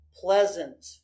pleasant